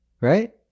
Right